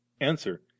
Answer